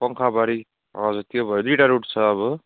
पङ्खाबारी हजुर त्यो भयो दुईवटा रुट छ अब